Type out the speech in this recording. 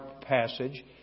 passage